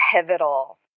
pivotal